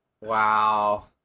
Wow